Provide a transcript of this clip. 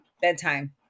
bedtime